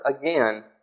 again